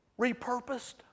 repurposed